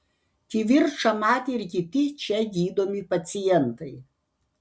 kivirčą matė ir kiti čia gydomi pacientai